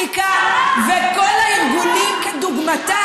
העניין הוא ששוברים שתיקה וכל הארגונים כדוגמתם